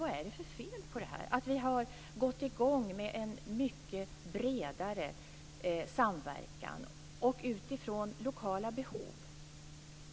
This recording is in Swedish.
Vad är det för fel på att vi har påbörjat en mycket bredare samverkan och utifrån lokala behov?